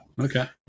Okay